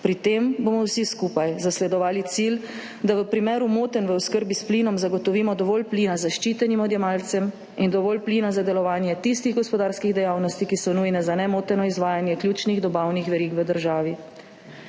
Pri tem bomo vsi skupaj zasledovali cilj, da v primeru motenj v oskrbi s plinom zagotovimo dovolj plina zaščitenim odjemalcem in dovolj plina za delovanje tistih gospodarskih dejavnosti, ki so nujne za nemoteno izvajanje ključnih dobavnih verig v državi.